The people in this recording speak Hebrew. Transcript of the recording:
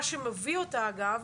מה שמביא אותה אגב,